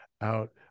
out